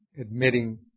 admitting